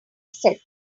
set